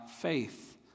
faith